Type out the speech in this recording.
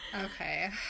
okay